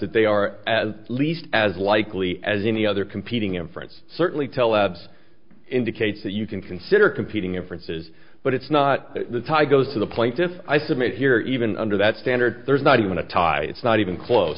that they are at least as likely as any other competing inference certainly tell abse indicates that you can consider competing inferences but it's not the tie goes to the plaintiffs i submit here even under that standard there's not even a tie it's not even close